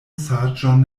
saĝon